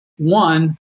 One